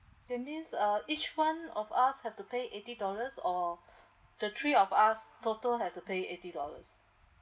that means uh each one of us have to pay eighty dollars or the three of us total have to pay eighty dollars